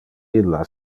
illa